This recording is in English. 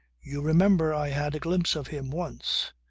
you remember i had a glimpse of him once.